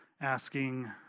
asking